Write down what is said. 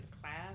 class